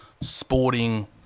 sporting